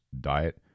diet